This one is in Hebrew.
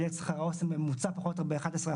יעלה את שכר העו"סים בממוצע פחות או יותר ב-11%,